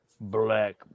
black